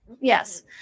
yes